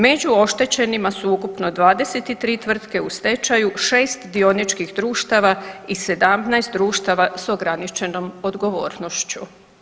Među oštećenima su ukupno 23 tvrtke u stečaju, 6 dioničkih društava i 17 društava s ograničenom odgovornošću.